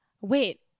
Wait